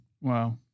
Wow